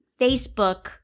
Facebook